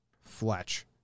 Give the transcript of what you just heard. Fletch